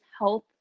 health